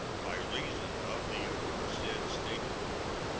by reason of the aforesaid state of war,